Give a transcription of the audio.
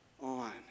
on